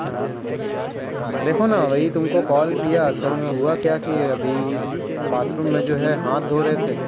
ہاں دیکھو نا بھئی تم کو کال کیا اصل میں ہوا کیا کہ ابھی باتھ روم میں جو ہے ہاتھ دھو رہے تھے